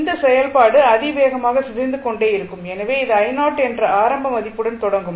இந்த செயல்பாடு அதிவேகமாக சிதைந்து கொண்டே இருக்கும் எனவே இது என்ற ஆரம்ப மதிப்புடன் தொடங்கும்